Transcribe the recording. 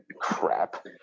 Crap